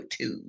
YouTube